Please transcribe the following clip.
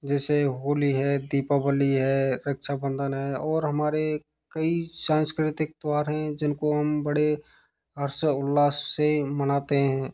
जैसे होली है दीपावली है रक्षाबंधन है और हमारे कई सांस्कृतिक त्यौहार हैं जिनको हम बड़े हर्षोल्लास से मनाते हैं